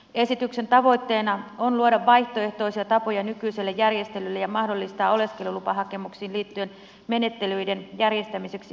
esityksen tavoitteena on luoda vaihtoehtoisia tapoja nykyiselle järjestelylle ja mahdollistaa oleskelulupahakemuksiin liittyvien menettelyiden järjestämiseksi yhteistyömalleja